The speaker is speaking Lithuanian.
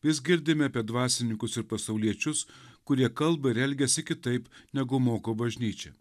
vis girdime apie dvasininkus ir pasauliečius kurie kalba ir elgiasi kitaip negu moko bažnyčia